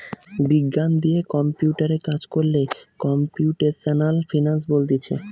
বিজ্ঞান দিয়ে কম্পিউটারে কাজ কোরলে কম্পিউটেশনাল ফিনান্স বলতিছে